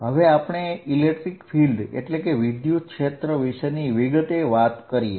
હવે આપણે વિદ્યુત ક્ષેત્ર વિશેની વિગતે વાત કરીએ